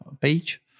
page